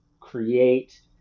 create